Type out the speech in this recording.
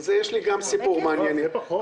זה הרבה כסף.